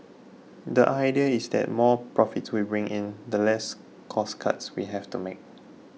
the idea is that more profits we bring in the less cost cuts we have to make